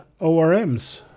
orms